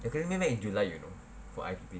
they are calling me back in july you know for I_P_P_T